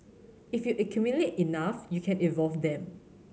if you accumulate enough you can evolve them